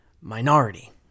minority